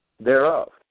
thereof